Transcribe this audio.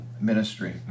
ministry